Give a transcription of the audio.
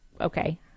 okay